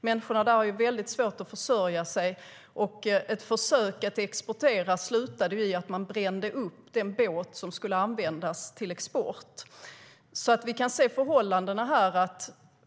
Människorna där har alltså svårt att försörja sig, och ett försök att exportera slutade i att man brände upp den båt som skulle användas till export. Vi kan alltså se förhållandena här: